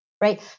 Right